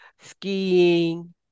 skiing